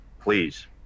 please